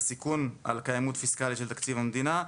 לסיכון על קיימות פיסקלית של תקציב המדינה,